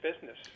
business